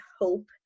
Hope